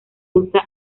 usa